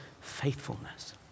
faithfulness